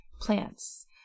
plants